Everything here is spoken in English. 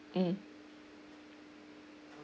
hmm